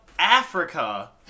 Africa